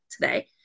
today